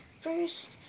First